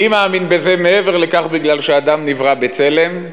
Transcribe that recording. אני מאמין בזה מעבר לכך, בגלל שאדם נברא בצלם,